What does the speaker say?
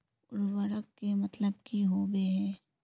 उर्वरक के मतलब की होबे है?